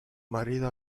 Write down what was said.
marido